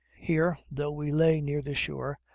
here, though we lay near the shore,